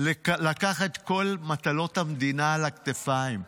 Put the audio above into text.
לקחת את כל מטלות המדינה על הכתפיים.